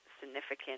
significant